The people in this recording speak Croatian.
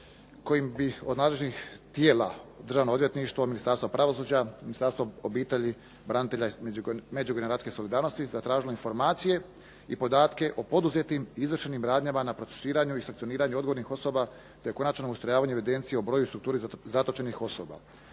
kojim bi od nadležnih tijela državno odvjetništvo, Ministarstvo pravosuđa, Ministarstvo obitelji, branitelja i međugeneracijske solidarnosti, zatražilo informacije i podatke o poduzetim izvršenim radnjama na procesuiranju i sankcioniranju odgovornih osoba te konačno ustrojavanje evidencije o broju i strukturi zatočenih osoba.